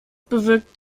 bewirkt